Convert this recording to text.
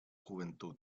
juventud